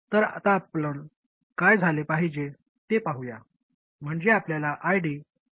तर आता आपण काय झाले पाहिजे ते पाहूया म्हणजे आपल्याला ID I0 च्या बरोबरीने पाहिजे आहे